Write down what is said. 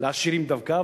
לעשירים דווקא.